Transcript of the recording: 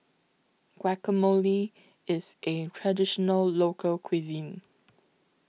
Guacamole IS A Traditional Local Cuisine